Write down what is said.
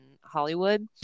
hollywood